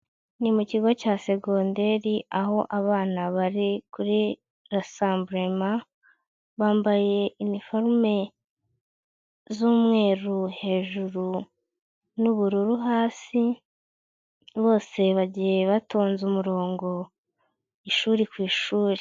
Ni mu kigo cya seconderi, aho abana bari kure rasambulema, bambaye iniforume z'umweru hejuru n'ubururu hasi, bose bagiye batonze umurongo, ishuri ku ishuri.